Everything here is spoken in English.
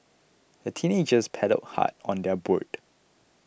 the teenagers paddled hard on their boat